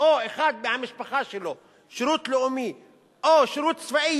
או אחד מהמשפחה שלו עשה שירות לאומי או שירות צבאי,